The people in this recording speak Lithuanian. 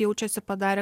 jaučiasi padarę